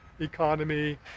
economy